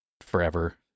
forever